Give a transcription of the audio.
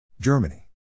Germany